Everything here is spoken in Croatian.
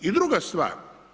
I druga stvar.